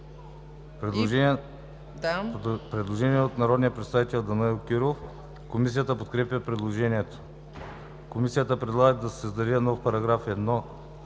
Предложение от народния представител Данаил Кирилов. Комисията подкрепя предложението. Комисията предлага да се създаде нов § 1: „§ 1.